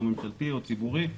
ממשלתי או ציבורי.